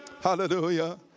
Hallelujah